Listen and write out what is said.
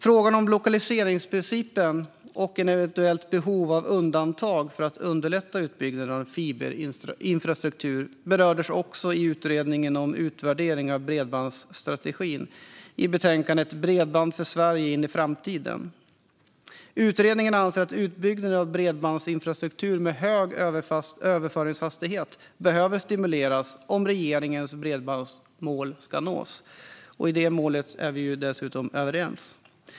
Frågan om lokaliseringsprincipen och ett eventuellt behov av undantag för att underlätta utbyggnaden av fiberinfrastruktur berördes också av Utredningen om utvärdering av bredbandsstrategin i betänkandet Bredband för Sverige in i framtiden . Utredningen anser att utbyggnaden av bredbandsinfrastruktur med hög överföringshastighet behöver stimuleras om regeringens bredbandsmål ska nås. Om det målet är vi dessutom överens.